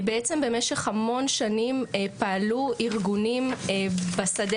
בעצם במשך המון שנים פעלו ארגונים בשדה